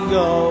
go